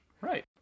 Right